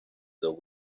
the